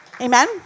Amen